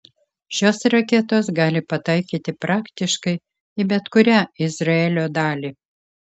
šios raketos gali pataikyti praktiškai į bet kurią izraelio dalį